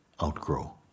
outgrow